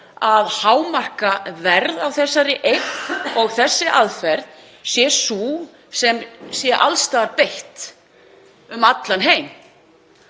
að hámarka verð á þessari eign og þessi aðferð sé sú sem sé alls staðar beitt um allan heim.